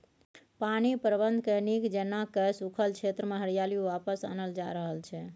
पानि प्रबंधनकेँ नीक जेना कए सूखल क्षेत्रमे हरियाली वापस आनल जा रहल छै